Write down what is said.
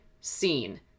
seen